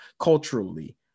culturally